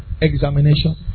examination